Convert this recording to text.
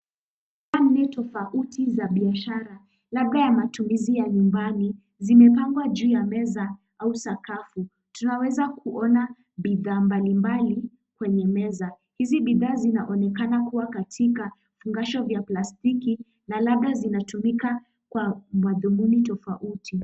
Amri tofauti za biashara labda ya matumizi ya nyumbani zimepangwa juu ya meza au sakafu tunaweza kuona bidhaa mbalimbali kwenye meza, hizi bidhaa zinaonekana kuwa katika fungasha la plastiki na labda zinatumika kwa madhumuni tofauti.